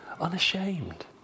unashamed